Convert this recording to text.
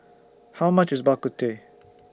How much IS Bak Kut Teh